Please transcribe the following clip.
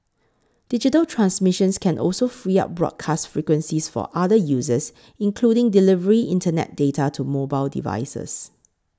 digital transmissions can also free up broadcast frequencies for other uses including delivering Internet data to mobile devices